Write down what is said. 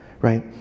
right